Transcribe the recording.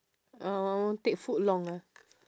oh take food long ah